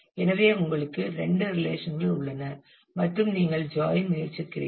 எனவே உங்களுக்கு இரண்டு ரிலேஷன்கள் உள்ளன மற்றும் நீங்கள் ஜாயின் முயற்சிக்கிறீர்கள்